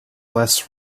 less